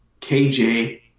KJ